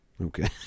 Okay